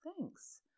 thanks